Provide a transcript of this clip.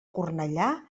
cornellà